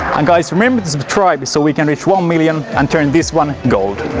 and guys remember to subscribe so we can reach one million and turn this one gold